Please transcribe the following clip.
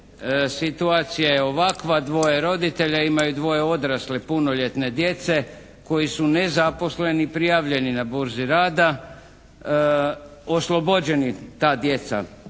Situacija je ovakva, dvoje roditelja imaju dvoje odrasle, punoljetne djece koji su nezaposleni i prijavljeni na burzi rada, ta djeca